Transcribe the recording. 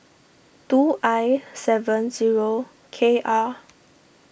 two I seven zero K R